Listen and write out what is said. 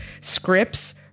scripts